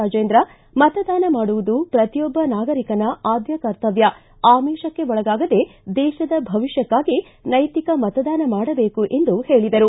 ರಾಜೇಂದ್ರ ಮತದಾನ ಮಾಡುವುದು ಪ್ರತಿಯೊಬ್ಬ ನಾಗರಿಕನ ಆದ್ಯ ಕರ್ತವ್ಯ ಅಮಿಶಕ್ಕೆ ಒಳಗಾಗದೆ ದೇಶದ ಭವಿಷ್ಠಕ್ಕಾಗಿ ನೈತಿಕ ಮತದಾನ ಮಾಡಬೇಕು ಎಂದು ಹೇಳಿದರು